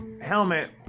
helmet